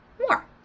more